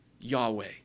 Yahweh